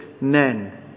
men